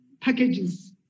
packages